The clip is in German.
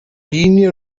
linie